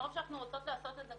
מרוב שאנחנו רוצות לעשות את זה,